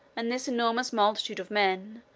and this enormous multitude of men,